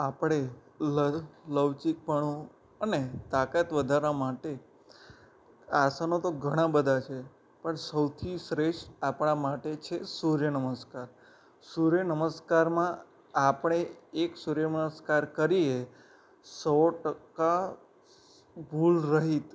આપણે લવચિકપણું અને તાકાત વધારવા માટે આસનો તો ઘણાં બધાં છે પણ સૌથી શ્રેષ્ઠ આપણા માટે છે સૂર્ય નમસ્કાર સૂર્યનમસ્કારમાં આપણે એક સૂર્ય નમસ્કાર કરીએ સો ટકા ભૂલ રહિત તો